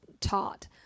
taught